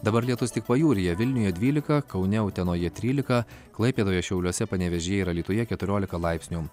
dabar lietus tik pajūryje vilniuje dvylika kaune utenoje trylika klaipėdoje šiauliuose panevėžyje ir alytuje keturiolika laipsnių